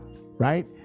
right